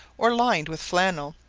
or lined with flannel,